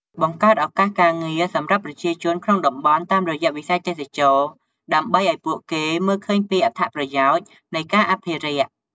បង្កើតឱកាសការងារសម្រាប់ប្រជាជនក្នុងតំបន់តាមរយៈវិស័យទេសចរណ៍ ដើម្បីឱ្យពួកគេមើលឃើញពីអត្ថប្រយោជន៍នៃការអភិរក្ស។